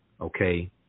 Okay